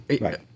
Right